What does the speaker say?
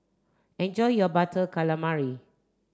enjoy your butter calamari